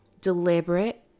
deliberate